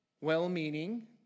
well-meaning